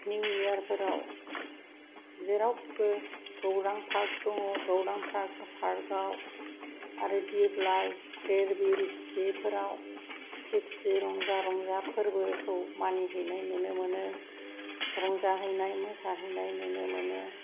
new year फोराव जेरावबो गौरां पार्क दंङ गौरां पार्क आव आरो दिब्लाय दिरबिल बेफोराव खुसि खुसियै रंजा रंजा फोरबोखौ मानिहैनाय नुनो मोनो रंजाहैनाय मोसाहैनाय नुनो मोनो